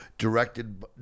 Directed